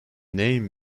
name